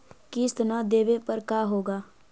किस्त न देबे पर का होगा?